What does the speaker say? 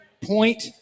point